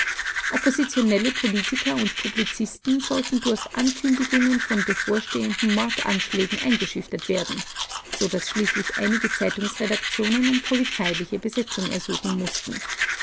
oppositionelle politiker und publizisten sollten durch ankündigungen von bevorstehenden mordanschlägen eingeschüchtert werden so daß schließlich einige zeitungsredaktionen um polizeiliche besetzung ersuchen mußten